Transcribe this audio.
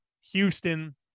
Houston